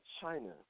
China